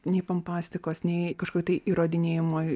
nei pompastikos nei kažkokio tai įrodinėjimo